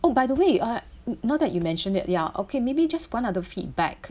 oh by the way uh now that you mentioned that ya okay maybe just one other feedback